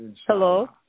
Hello